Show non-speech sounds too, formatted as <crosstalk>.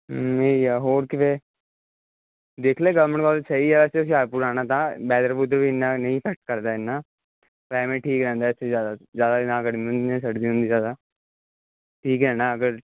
ਨਹੀਂ ਆ ਹੋਰ ਕਿਵੇਂ ਦੇਖ ਲੈ ਗੋਰਮੈਂਟ ਕੋਲਜ ਸਹੀ ਆ ਹੁਸ਼ਿਆਰਪੁਰ ਆਉਣਾ ਤਾਂ ਵੈਦਰ ਵੁਦਰ ਨਹੀਂ ਇਫੈਕਟ ਕਰਦਾ ਇੰਨਾ <unintelligible> ਠੀਕ ਰਹਿੰਦਾ ਇੱਥੇ ਜ਼ਿਆਦਾ ਜ਼ਿਆਦਾ ਨਾ ਗਰਮੀ ਹੁੰਦੀ ਨਾ ਸਰਦੀ ਹੁੰਦੀ ਜ਼ਿਆਦਾ ਠੀਕ ਹੈ ਨਾ ਅਗਰ